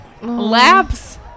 laps